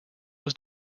was